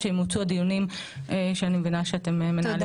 שימוצו הדיונים שאני מבינה שאתם מנהלים.